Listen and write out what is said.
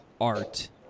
art